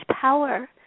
power